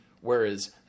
Whereas